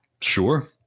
Sure